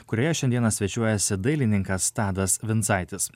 kurioje šiandieną svečiuojasi dailininkas tadas vincaitis